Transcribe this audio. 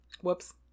Whoops